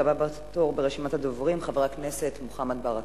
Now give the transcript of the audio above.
הבא בתור ברשימת הדוברים, חבר הכנסת מוחמד ברכה.